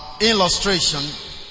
illustration